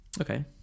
Okay